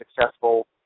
successful